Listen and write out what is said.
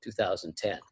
2010